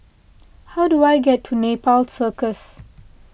how do I get to Nepal Circus